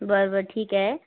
बरं बरं ठीक आहे